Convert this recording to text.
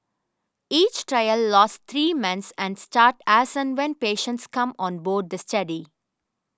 each trial lasts three months and start as and when patients come on board the study